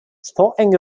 sporting